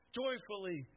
joyfully